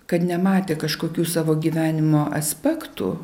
kad nematė kažkokių savo gyvenimo aspektų